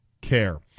care